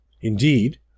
Indeed